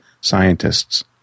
scientists